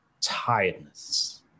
tiredness